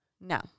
No